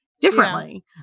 differently